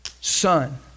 son